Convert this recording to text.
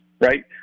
right